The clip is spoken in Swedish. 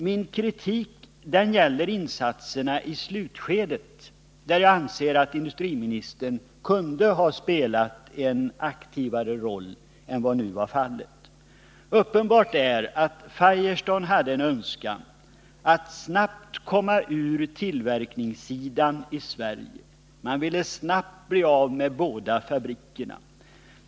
Min kritik gäller insatserna i slutskedet, där jag anser att industriministern kunde ha spelat en aktivare roll än vad som nu blev fallet. Uppenbart är att Firestone hade en önskan att snabbt komma ur tillverkningen i Sverige — man ville snabbt bli av med båda fabrikerna.